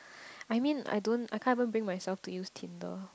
I mean I don't I can't even bring myself to use Tinder